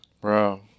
Bro